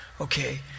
Okay